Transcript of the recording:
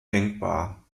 denkbar